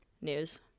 news